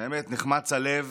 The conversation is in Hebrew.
ובאמת נחמץ הלב